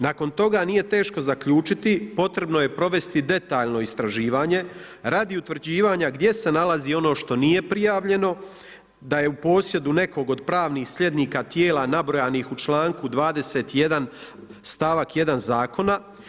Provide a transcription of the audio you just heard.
Nakon toga, nije teško zaključiti potrebno je provesti detaljno istraživanje radi utvrđivanja gdje se nalazi ono što nije prijavljeno, da je u posjedu nekog od pravnih slijednika tijela nabrojanih u čl. 21., st.1. Zakona.